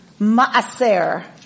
maaser